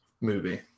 movie